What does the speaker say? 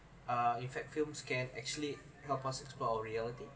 uh in fact films can actually help us explore reality